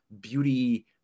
beauty